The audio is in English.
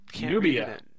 Nubia